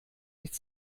nicht